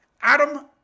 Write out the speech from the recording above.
Adam